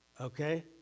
Okay